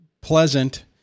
pleasant